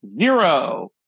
Zero